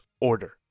order